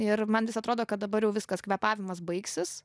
ir man vis atrodo kad dabar jau viskas kvėpavimas baigsis